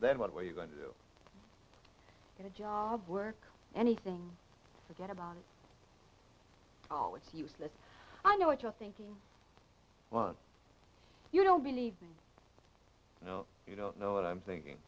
then what were you going to do get a job work anything forget about it oh it's useless i know what you're thinking well you don't believe me you know you don't know what i'm thinking